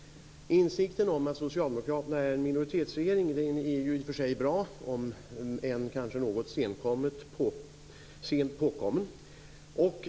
Insikten om att Socialdemokraterna har en minoritetsregering är i och för sig bra om än kanske något sent påkommen.